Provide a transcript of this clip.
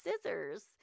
scissors